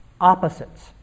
opposites